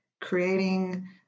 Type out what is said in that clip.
creating